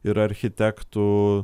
ir architektų